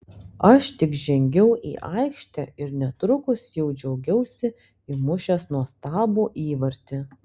aš tik žengiau į aikštę ir netrukus jau džiaugiausi įmušęs nuostabų įvartį